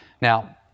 Now